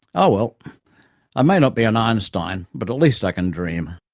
ah, well i may not be an einstein, but at least i can dream.